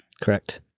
Correct